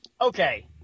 okay